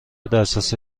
دسترسی